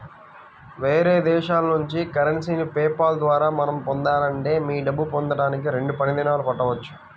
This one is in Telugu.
వేరే దేశాల నుంచి కరెన్సీని పే పాల్ ద్వారా మనం పొందాలంటే మీ డబ్బు పొందడానికి రెండు పని దినాలు పట్టవచ్చు